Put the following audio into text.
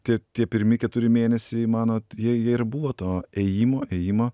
tie tie pirmi keturi mėnesiai mano jie jie ir buvo to ėjimo ėjimo